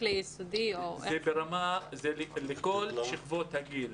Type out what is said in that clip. זה לכל שכבות הגיל.